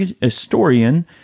Historian